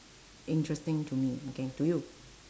interesting to me okay to you